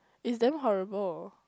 is damn horrible